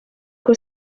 uko